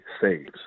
saves